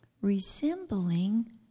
resembling